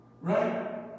right